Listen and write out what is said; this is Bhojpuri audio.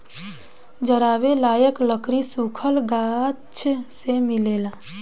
जरावे लायक लकड़ी सुखल गाछ से मिलेला